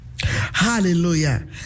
Hallelujah